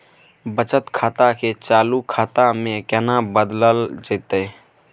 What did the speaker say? बचत खाता के चालू खाता में केना बदलल जेतै?